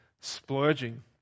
splurging